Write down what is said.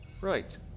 Right